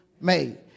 made